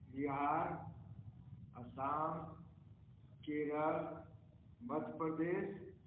Bihar Assam Kerala Madhya Pradesh